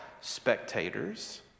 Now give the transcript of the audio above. spectators